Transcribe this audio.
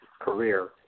career